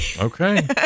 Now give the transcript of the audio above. Okay